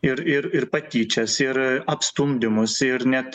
ir ir ir patyčias ir apstumdymus ir net